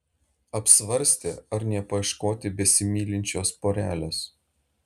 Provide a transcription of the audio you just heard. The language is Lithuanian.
apsvarstė ar nepaieškoti besimylinčios porelės